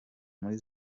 muri